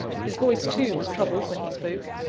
his voice, too, was troubled when he spoke.